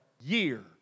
year